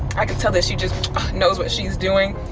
i could tell that she just knows what she's doing.